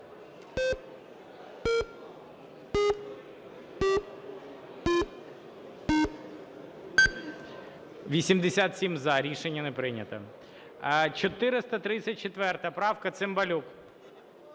За-87 Рішення не прийнято. 434 правка, Цимбалюк.